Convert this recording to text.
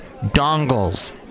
Dongles